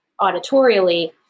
auditorially